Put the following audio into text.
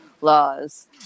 laws